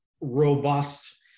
robust